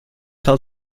held